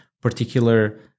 particular